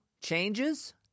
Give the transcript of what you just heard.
changes